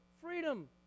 freedom